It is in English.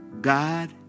God